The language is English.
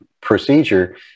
procedure